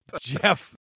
Jeff